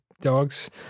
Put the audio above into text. dogs